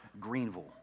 Greenville